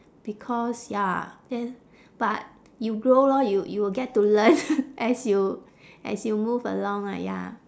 because ya then but you grow lor you you will get to learn as you as you move along ah ya